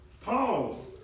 Paul